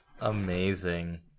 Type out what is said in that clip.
Amazing